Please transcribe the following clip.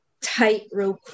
tightrope